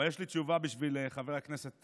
אבל יש לי תשובה בשביל חבר הכנסת